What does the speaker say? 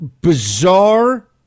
bizarre